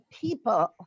people